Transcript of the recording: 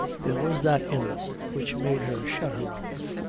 there was that in them which made her shut her own.